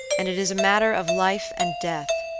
and it is a matter of life and death.